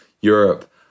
Europe